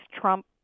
Trump